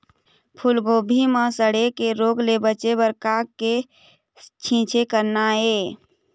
फूलगोभी म सड़े के रोग ले बचे बर का के छींचे करना ये?